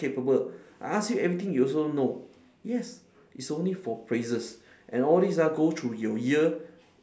capable I ask you everything you also know yes it's only for praises and all these ah go through your ear